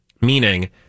meaning